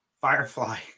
Firefly